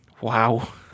Wow